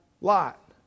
Lot